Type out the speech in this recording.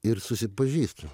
ir susipažįstu